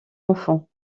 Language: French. enfant